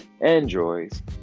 androids